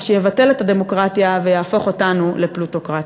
מה שיבטל את הדמוקרטיה ויהפוך אותנו לפלוטוקרטיה.